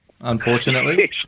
unfortunately